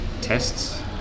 tests